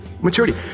maturity